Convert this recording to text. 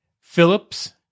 Phillips